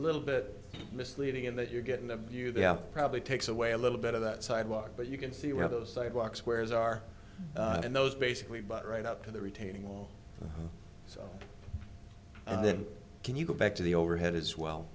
little bit misleading in that you're getting the view they have probably takes away a little bit of that sidewalk but you can see where those sidewalk squares are and those basically but right up to the retaining wall so can you go back to the overhead as well